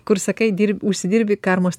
kur sakai dirb užsidirbi karmos